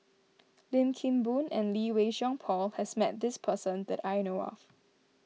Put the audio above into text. Lim Kim Boon and Lee Wei Song Paul has met this person that I know of